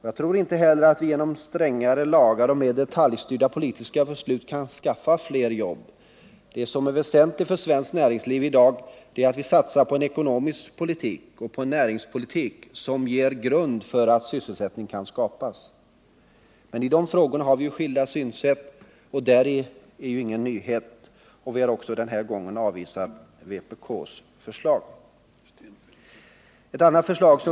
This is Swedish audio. Jag tror inte heller att vi genom strängare lagar och mer detaljstyrda politiska beslut kan skaffa fler jobb. Det som är väsentligt för svenskt näringsliv i dag är att vi satsar på en ekonomisk politik och en näringspolitik som ger grund för att sysselsättning kan skapas. Det är ingen nyhet att vi har skilda synsätt i de frågorna, och därför har vi också den här gången avvisat vpk:s förslag.